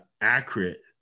Accurate